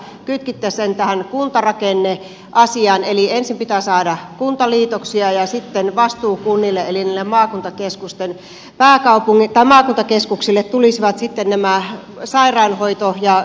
kytkitte sen tähän kuntarakenneasiaan eli ensin pitää saada kuntaliitoksia ja sitten vastuukunnille eli niille maakuntakeskuksille tulisivat nämä sairaanhoito ja sosiaalipalvelutehtävät